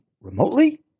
remotely